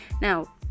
Now